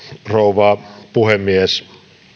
rouva puhemies